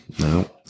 no